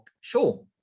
Sure